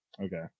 Okay